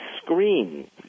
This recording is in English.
screen